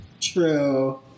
True